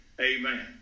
amen